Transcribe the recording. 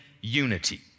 unity